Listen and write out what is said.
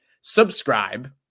subscribe